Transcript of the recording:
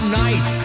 night